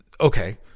Okay